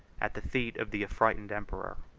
at the feet of the affrighted emperor.